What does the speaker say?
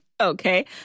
Okay